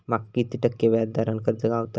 माका किती टक्के व्याज दरान कर्ज गावतला?